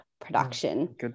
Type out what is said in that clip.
production